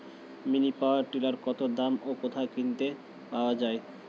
Mini power tiller কত দাম ও কোথায় কিনতে পাওয়া যায়?